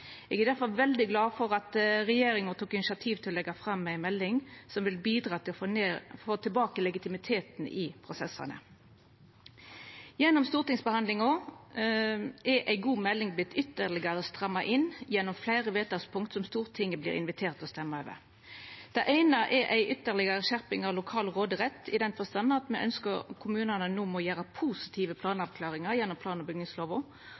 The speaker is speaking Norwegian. Eg er difor veldig glad for at regjeringa tok initiativ til å leggja fram ei melding, som vil bidra til å få tilbake legitimiteten i prosessane. Gjennom stortingsbehandlinga har ei god melding vorte ytterlegare stramma inn gjennom fleire vedtakspunkt, som Stortinget vert invitert til å stemma over. Det eine er ei ytterlegare skjerping av lokal råderett i den forstand at me ønskjer at kommunane no må gjera positive planavklaringar gjennom plan- og